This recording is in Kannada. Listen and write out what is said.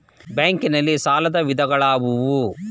ಬ್ಯಾಂಕ್ ನಲ್ಲಿ ಸಾಲದ ವಿಧಗಳಾವುವು?